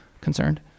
concerned